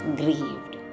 grieved